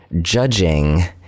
judging